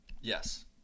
Yes